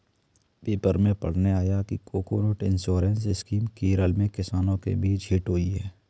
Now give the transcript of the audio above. paper में पढ़ने आया कि कोकोनट इंश्योरेंस स्कीम केरल में किसानों के बीच हिट हुई है